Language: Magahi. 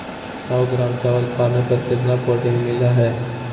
सौ ग्राम चावल खाने पर कितना प्रोटीन मिलना हैय?